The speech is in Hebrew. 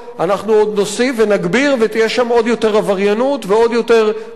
אנחנו עוד נוסיף ונגביר ויהיו שם עוד יותר עבריינות ועוד יותר פשע,